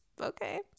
Okay